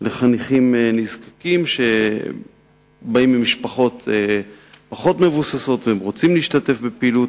לחניכים נזקקים שבאים ממשפחות פחות מבוססות ורוצים להשתתף בפעילות,